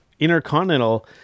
Intercontinental